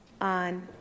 on